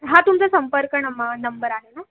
हा तुमचा संपर्क नमा नंबर आहे ना